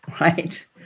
right